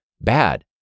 bad